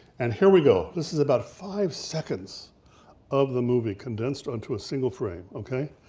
and here we go, this is about five seconds of the movie condensed onto a single frame, okay?